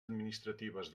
administratives